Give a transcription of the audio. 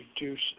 reduce